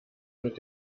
mit